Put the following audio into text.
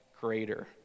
greater